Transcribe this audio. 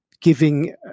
giving